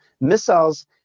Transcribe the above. missiles